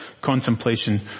contemplation